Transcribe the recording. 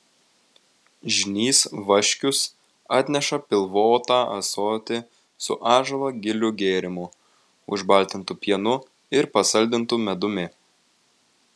žynys vaškius atneša pilvotą ąsotį su ąžuolo gilių gėrimu užbaltintu pienu ir pasaldintu medumi